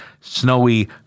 snowy